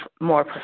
more